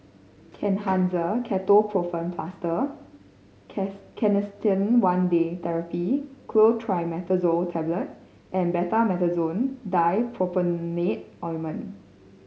Kenhancer Ketoprofen Plaster Canesten One Day Therapy Clotrimazole Tablet and Betamethasone Dipropionate Ointment